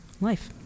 life